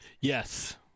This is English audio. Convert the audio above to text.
yes